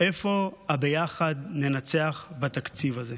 איפה ה"ביחד ננצח" בתקציב הזה?